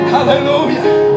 Hallelujah